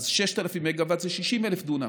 אז 6,000 מגה-ואט זה 60,000 דונם.